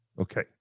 Okay